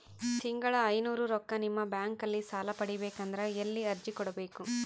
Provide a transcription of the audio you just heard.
ತಿಂಗಳ ಐನೂರು ರೊಕ್ಕ ನಿಮ್ಮ ಬ್ಯಾಂಕ್ ಅಲ್ಲಿ ಸಾಲ ಪಡಿಬೇಕಂದರ ಎಲ್ಲ ಅರ್ಜಿ ಕೊಡಬೇಕು?